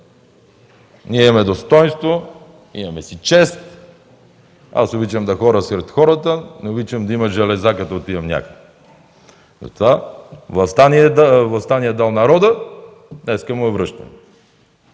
Ние имаме достойнство, имаме си чест. Аз обичам да ходя сред хората, не обичам да има железа, като отивам някъде. Властта ни е дал народът, днес му я връщаме.